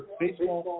baseball